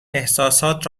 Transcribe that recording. احساسات